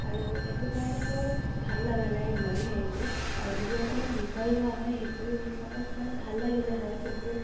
আৰু সেইটো কাৰণে মোৰ ভাল লাগা নাই ইমান হেৰিটো আৰু যদি অকণমান দীঘল হোৱা হয় সেইটো হিচাপত মই ভাল লাগিলে হয় কিন্তু